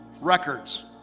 Records